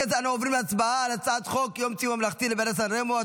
כי הצעת חוק יום ציון ממלכתי לוועידת סן רמו,